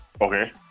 Okay